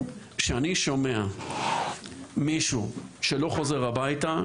כשאני שומע מישהו שלא חוזר הביתה,